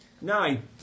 Nine